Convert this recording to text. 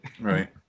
Right